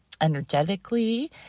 energetically